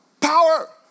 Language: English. power